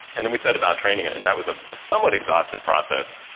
and then we set about training it, and that was a somewhat exhaustive process,